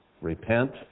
repent